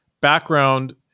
background